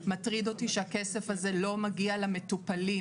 מטריד אותי שהכסף הזה לא מגיע למטופלים,